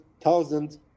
thousand